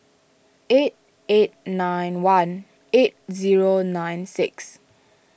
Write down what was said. eight eight nine one eight zero nine six